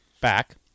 back